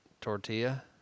tortilla